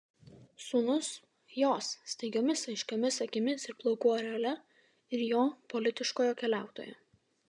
sūnus jos staigiomis aiškiomis akimis ir plaukų aureole ir jo politiškojo keliautojo